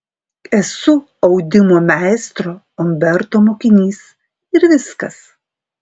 esu audimo meistro umberto mokinys ir viskas